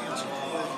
משפט סיום.